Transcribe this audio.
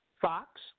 Fox